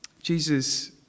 Jesus